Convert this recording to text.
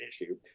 issue